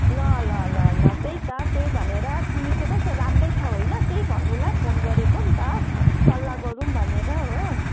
ल ल ल ल त्यही त त्यही भनेर तिमी चाहिँ कस्तो राम्रो छौ होइन त्यही भन्नुलाई फोन गरेको नि त सल्लाह गरौँ भनेर हो